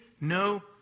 no